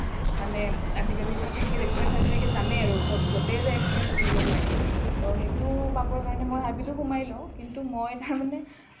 মানে আজিকালি certificate experience certificate জানেই আৰু চব য'তেই যায় এক্সপিৰিয়েঞ্চ চাৰ্টিফিকেট লাগে তো সেইটো পাবৰ কাৰণে মই ভাবিলোঁ সোমাই লওঁ কিন্তু মই তাৰমানে